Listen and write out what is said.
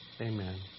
Amen